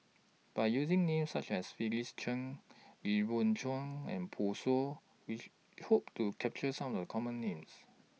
By using Names such as Felix Cheong Lee Wung and Pan Shou Which Hope to capture Some of The Common Names